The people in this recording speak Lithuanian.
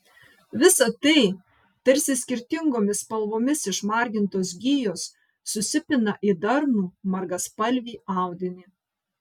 visa tai tarsi skirtingomis spalvomis išmargintos gijos susipina į darnų margaspalvį audinį